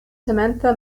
samantha